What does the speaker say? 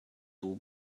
dom